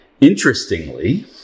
Interestingly